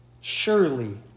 Surely